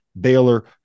Baylor